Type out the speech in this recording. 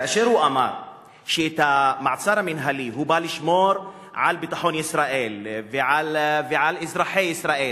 כאשר הוא אמר שהמעצר המינהלי בא לשמור על ביטחון ישראל ועל אזרחי ישראל,